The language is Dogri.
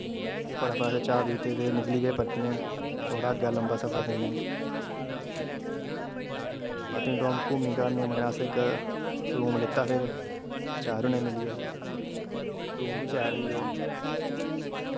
फ्ही फटाफट असें चाह् पीती ते निकली पे परतियै थोह्ड़ा अग्गें लंबा सफर करने गी पत्नीटॉप घूमी घामियै मतलब असें इक रूम लैता फिर चारों जनें मिलियै रूम बी शैल ही ओह्